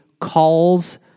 calls